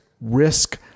Risk